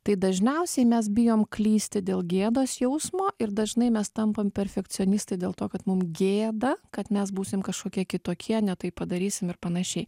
tai dažniausiai mes bijom klysti dėl gėdos jausmo ir dažnai mes tampam perfekcionistai dėl to kad mum gėda kad mes būsim kažkokie kitokie ne taip padarysim ir panašiai